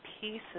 pieces